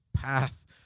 path